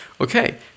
okay